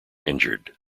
injured